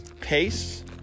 pace